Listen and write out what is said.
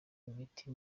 imiti